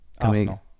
Arsenal